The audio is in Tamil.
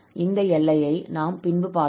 இந்த எல்லையை நாம் பின்பு பார்க்கலாம்